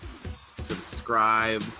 subscribe